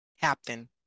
captain